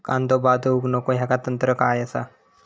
कांदो बाद होऊक नको ह्याका तंत्र काय असा?